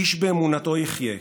איש באמונתו יחיה,